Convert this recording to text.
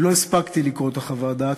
לא הספקתי לקרוא את חוות הדעת,